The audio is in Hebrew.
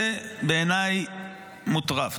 זה בעיניי מוטרף.